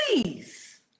Please